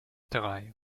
drei